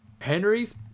Henry's